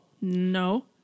no